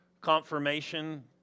Confirmation